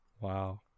Wow